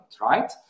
right